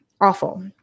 awful